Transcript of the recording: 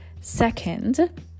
Second